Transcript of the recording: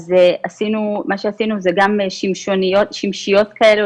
מה שעשינו זה גם שמשיות כאלה,